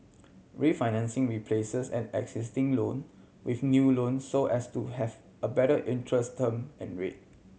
refinancing replaces and existing loan with new loan so as to have a better interest term and rate